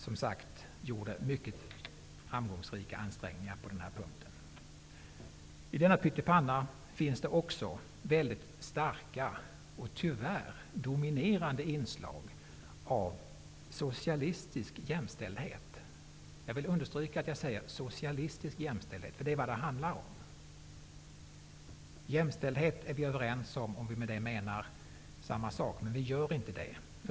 De gjorde mycket framgångsrika ansträngningar på det här området. I denna pyttipanna finns det också väldigt starka och tyvärr dominerande inslag av socialistisk jämställdhet. Jag vill understryka att jag talar om socialistisk jämställdhet. Det är vad det handlar om. Vi är överens om jämställdhet om vi med det menar samma sak, men vi gör inte det.